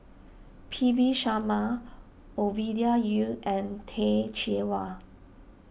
P V Sharma Ovidia Yu and Teh Cheang Wan